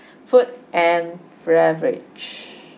food and beverage